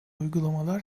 uygulamalar